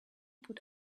put